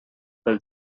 pel